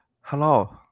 Hello